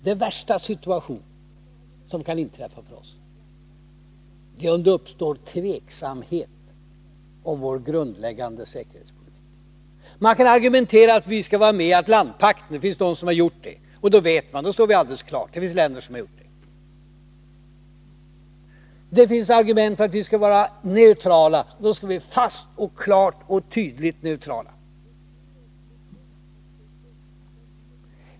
Det värsta som kan inträffa är om det uppstår tvivel om vår grundläggande säkerhetspolitik. Man kan argumentera för att vi skall vara med i Atlantpakten — det finns de som har gjort det, och då är det helt klart var man står. Det finns också länder som intagit den ståndpunkten. Det finns argument för att vi skall vara neutrala — fast, klart och tydligt neutrala.